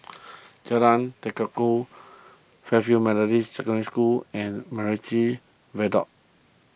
Jalan Tekukor Fairfield Methodist Secondary School and MacRitchie Viaduct